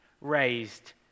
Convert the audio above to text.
raised